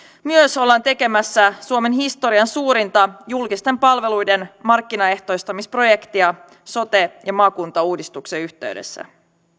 myös ollaan tekemässä suomen historian suurinta julkisten palveluiden markkinaehtoistamisprojektia sote ja maakuntauudistuksen yhteydessä